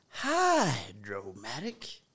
hydromatic